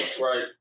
Right